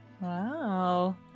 wow